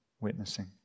witnessing